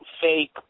fake